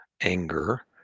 anger